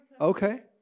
Okay